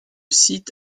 site